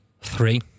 three